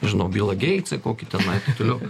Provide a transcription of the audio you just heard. nežinau bilą geitsą kokį tenai taip toliau